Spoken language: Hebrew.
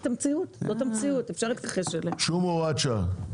אנחנו נבטל את הוראת השעה.